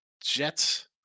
Jets